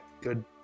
Good